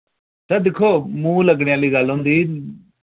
ते दिक्खो मुंह लग्गने आह्ली गल्ल होंदी